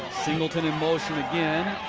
singleton in motion again.